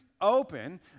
open